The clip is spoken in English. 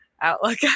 outlook